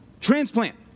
transplant